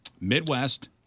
Midwest